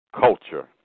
Culture